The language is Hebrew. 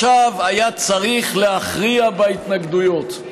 היה צריך להכריע בהתנגדויות,